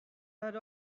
had